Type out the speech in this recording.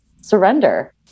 surrender